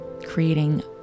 creating